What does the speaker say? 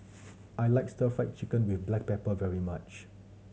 I like Stir Fry Chicken with black pepper very much